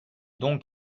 donc